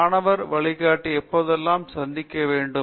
ஒரு மாணவர் வழிகாட்டியை எப்போதெல்லாம் சந்திக்க வேண்டும்